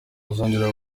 uzongera